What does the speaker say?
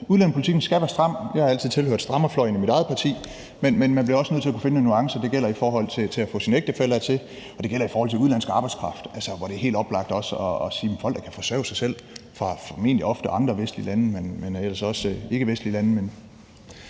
udlændingepolitikken skal være stram. Jeg har altid tilhørt strammerfløjen i mit eget parti, men man bliver også nødt til at kunne finde nogle nuancer, og det gælder i forhold til at kunne få sin ægtefælle hertil, og det gælder i forhold til udenlandsk arbejdskraft, hvor det også er helt oplagt at sige, at for folk, der kan forsørge sig selv – formentlig ofte fra andre vestlige lande, men også fra ikkevestlige lande